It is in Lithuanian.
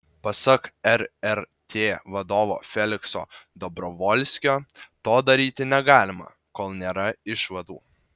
pasak rrt vadovo felikso dobrovolskio to daryti negalima kol nėra išvadų